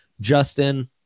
Justin